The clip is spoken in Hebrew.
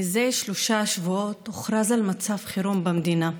מזה שלושה שבועות מוכרז מצב חירום במדינה,